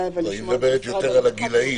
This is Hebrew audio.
היא מדברת יותר על הגילאים.